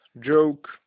joke